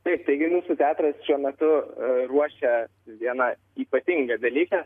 taip taigi mūsų teatras šiuo metu ruošia vieną ypatingą dalyką